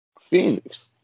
Phoenix